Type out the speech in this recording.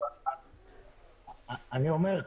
אני אומר,